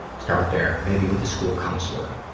start there, maybe with a school counselor,